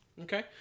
Okay